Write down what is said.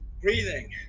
breathing